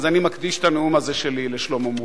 אז אני מקדיש את הנאום הזה שלי לשלמה מולה.